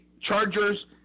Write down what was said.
Chargers